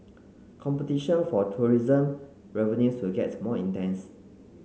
competition for tourism revenues will gets more intense